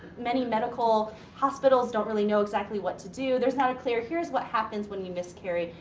many medical hospitals don't really know exactly what to do. there's not a clear, here's what happens when you miscarry,